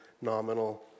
nominal